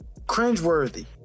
cringeworthy